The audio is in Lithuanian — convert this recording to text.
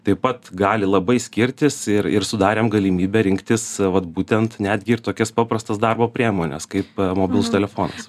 taip pat gali labai skirtis ir ir sudarėm galimybę rinktis vat būtent netgi ir tokias paprastas darbo priemones kaip mobilus telefonas